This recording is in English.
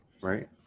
Right